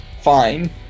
Fine